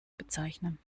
bezeichnen